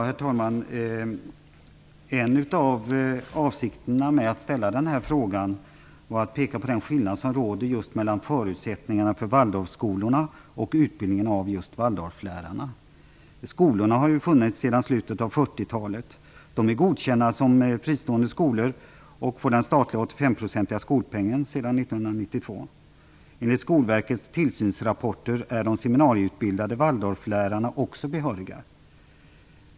Herr talman! En av avsikterna med att ställa denna fråga var att peka på den skillnad som råder mellan förutsättningarna för Waldorfskolorna och förutsättningarna för utbildningen av Waldorflärarna. Skolorna har ju funnits sedan slutet av 70-talet. De är godkända som fristående skolor och får sedan 1992 den statliga åttiofemprocentiga skolpengen. Enligt Skolverkets tillsynsrapporter är de seminarieutbildade Waldorflärarna också behöriga.